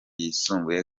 yisumbuye